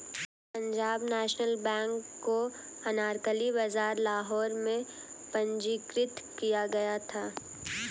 Punjab national bank को अनारकली बाजार लाहौर में पंजीकृत किया गया था